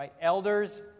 Elders